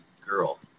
girl